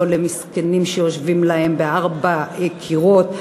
לא למסכנים שיושבים להם בין ארבעה קירות,